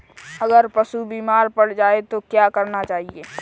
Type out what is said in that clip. अगर पशु बीमार पड़ जाय तो क्या करना चाहिए?